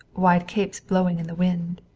wide capes blowing in the wind.